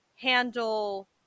handle